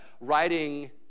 writing